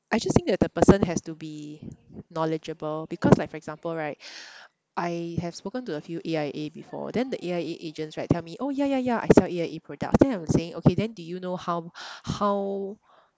I just think that the person has to be knowledgeable because like for example right I have spoken to a few A_I_A before then the A_I_A agents right tell me oh ya ya ya I sell A_I_A products then I'm saying okay then do you know how how